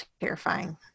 terrifying